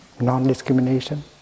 non-discrimination